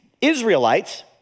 Israelites